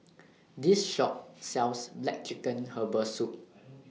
This Shop sells Black Chicken Herbal Soup